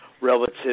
relative